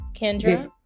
Kendra